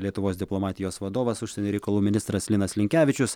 lietuvos diplomatijos vadovas užsienio reikalų ministras linas linkevičius